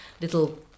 little